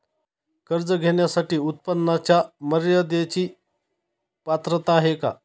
कर्ज घेण्यासाठी उत्पन्नाच्या मर्यदेची पात्रता आहे का?